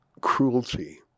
cruelty